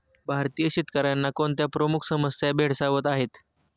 भारतीय शेतकऱ्यांना कोणत्या प्रमुख समस्या भेडसावत आहेत?